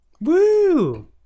Woo